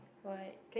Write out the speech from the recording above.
why